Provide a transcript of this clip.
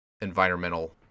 environmental